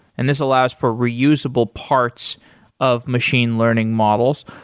and this allows for reusable parts of machine learning models.